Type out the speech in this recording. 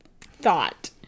thought